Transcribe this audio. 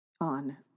on